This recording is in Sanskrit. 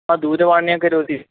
सा दूरवाणी करोति